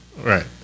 Right